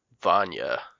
vanya